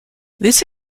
this